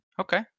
Okay